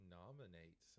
nominate